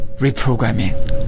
reprogramming